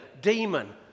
demon